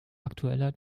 aktueller